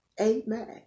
Amen